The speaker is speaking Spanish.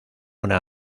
una